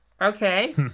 Okay